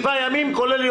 מאה אחוז, הכול בסדר.